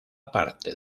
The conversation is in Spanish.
parte